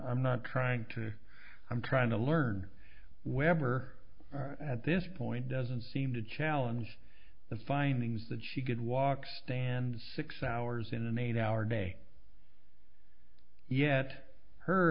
to i'm trying to learn wherever at this point doesn't seem to challenge the findings that she could walk stand six hours in an eight hour day yet her